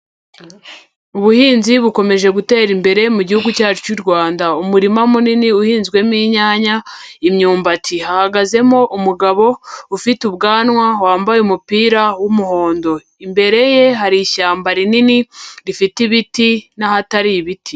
Ubuhinzi bukomeje gutera imbere mu gihugu cyacu cy'u Rwanda. Umurima munini uhinzwemo inyanya, imyumbati hahagazemo umugabo ufite ubwanwa wambaye umupira w'umuhondo, imbere ye hari ishyamba rinini rifite ibiti n'ahatari ibiti.